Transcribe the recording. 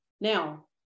Now